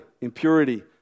impurity